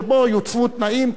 שבה יוצבו תנאים.